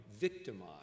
victimized